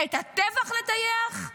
את הטבח לטייח?